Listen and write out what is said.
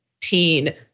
teen